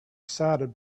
excited